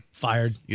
fired